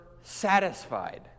satisfied